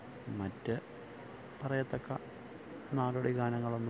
മറ്റ് പറയത്തക്ക നാടോടി ഗാനങ്ങളൊന്നും